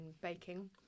baking